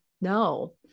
no